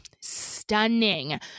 Stunning